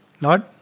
Lord